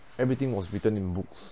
everything was written in books